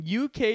UK